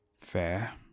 Fair